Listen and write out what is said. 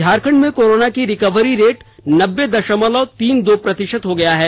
झारखंड में कोरोना की recovery rate नब्बे दशमलव तीन दो प्रतिशत हो गया है